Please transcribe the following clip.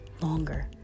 longer